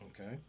Okay